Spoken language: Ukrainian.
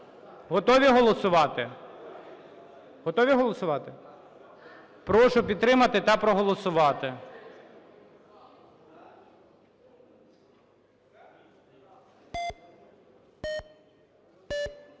Готові голосувати? Готові голосувати? Прошу підтримати та проголосувати.